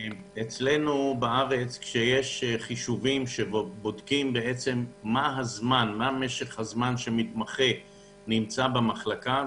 אצלנו בארץ בודקים מה משך הזמן שמתמחה נמצא במחלקה.